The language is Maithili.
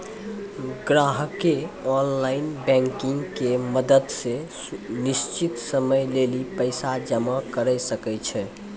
ग्राहकें ऑनलाइन बैंकिंग के मदत से निश्चित समय लेली पैसा जमा करै सकै छै